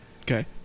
Okay